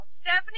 Stephanie